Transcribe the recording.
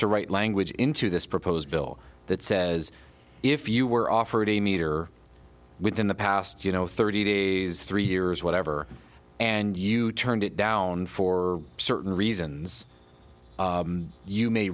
to write language into this proposed bill that says if you were offered a meter within the past you know thirty days three years whatever and you turned it down for certain reasons you may